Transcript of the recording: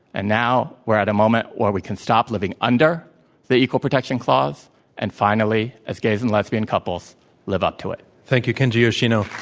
and now we're at a moment where we can stop living under the equal protection clause and finally as gays and lesbians couples live up to it. thank you, kenji yoshino.